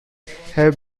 have